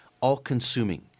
all-consuming